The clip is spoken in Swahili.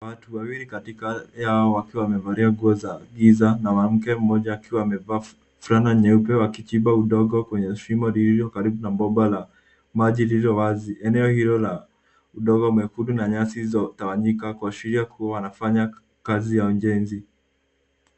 Watu wawili katika yao wakiwa wamevalia nguo za giza na mwanamke mmoja akiwa amevaa fulana nyeupe wakichimba udongo kwenye shimo lililokaribu na bomba la maji lililowazi. Eneo hilo la udongo mwekundu na nyasi zilizotawanyika kuashiria kuwa wanafanya kazi ya ujenzi.